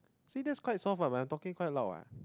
see that's quite soft what when I'm talking quite loud what